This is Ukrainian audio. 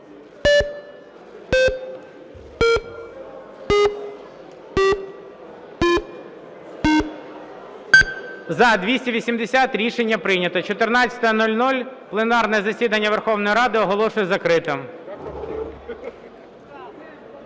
За-280 Рішення прийнято. 14:00. Пленарне засідання Верховної Ради оголошую закритим.